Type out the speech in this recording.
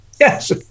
Yes